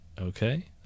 Okay